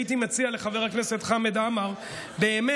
הייתי מציע לחבר הכנסת חמד עמאר באמת